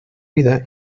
vida